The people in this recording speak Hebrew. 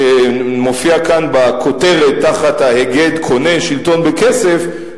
שמופיע כאן בכותרת תחת ההיגד "קונה שלטון בכסף",